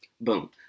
Boom